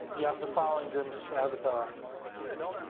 yeah um the following groups as our and